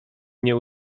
nie